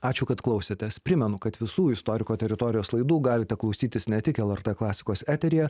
ačiū kad klausėtės primenu kad visų istoriko teritorijos laidų galite klausytis ne tik lrt klasikos eteryje